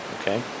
Okay